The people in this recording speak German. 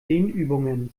dehnübungen